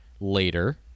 later